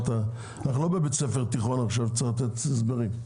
אנחנו לא בבית ספר תיכון עכשיו שצריך לתת הסברים.